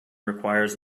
requires